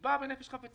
אבל היא באה בנפש חפצה.